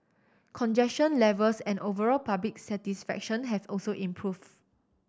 congestion levels and overall public satisfaction have also improved